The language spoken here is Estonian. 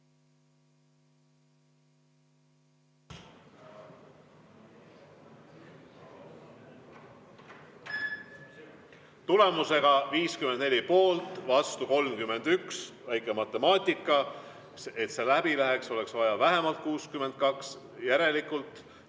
Tulemusega 54 poolt ja vastu 31 – väike matemaatika: et see läbi läheks, oleks vaja vähemalt 62 [poolthäält]